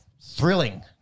thrilling